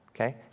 okay